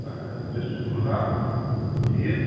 اَہَن حظ ڈِسٹرک کُلگام ٹھیٖک